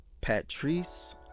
Patrice